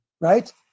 Right